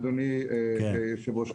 אדוני היושב-ראש,